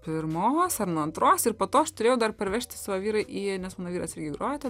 pirmos ar nuo antros ir po to aš turėjau dar parvežti savo vyrai į nes mano vyras irgi grojo ten